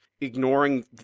ignoring